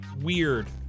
weird